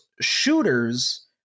shooters